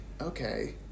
okay